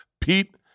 Pete